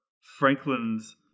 Franklin's